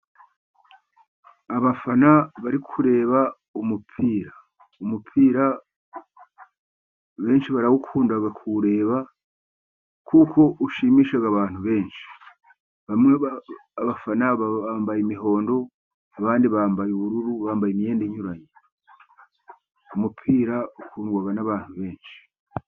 Abafana bari kureba umupira, umupira benshi barawukunda kuwureba kuko ushimisha abantu benshi, bamwe bafana bambaye imihondo abandi bambaye ubururu, bambaye imyenda inyuranye, umupira ukundwa n'abantu benshi.